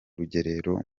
rugerero